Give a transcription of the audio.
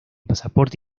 pasaporte